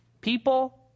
people